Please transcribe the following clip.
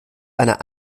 einer